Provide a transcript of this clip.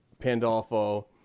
pandolfo